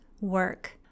work